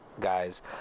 guys